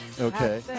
Okay